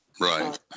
Right